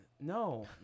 no